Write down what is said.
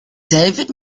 david